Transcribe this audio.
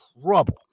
trouble